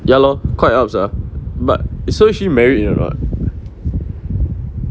ya lor quite ups ah but so is she married or not